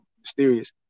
mysterious